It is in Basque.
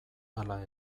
ala